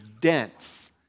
dense